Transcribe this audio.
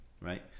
right